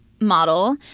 model